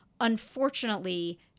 unfortunately